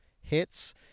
hits